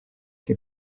che